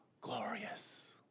Glorious